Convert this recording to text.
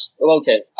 Okay